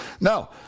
No